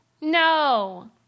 No